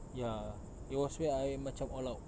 ya it was where I macam all out